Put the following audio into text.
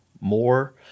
more